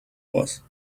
was